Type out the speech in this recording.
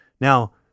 Now